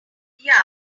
yeah